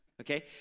Okay